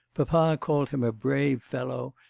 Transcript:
papa called him a brave fellow,